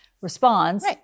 responds